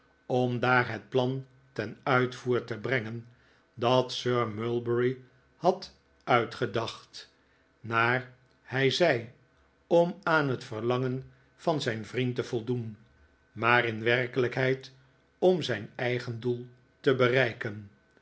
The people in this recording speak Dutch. om daar het plan ten uitvoer te brengen dat sir mulberry had uitgedacht nar hij zei qm aan het verlangen van zijn vriend te voldoen maar in werkelijkheid om zijn eigen doel te bereiken